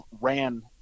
ran